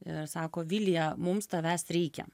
ir sako vilija mums tavęs reikia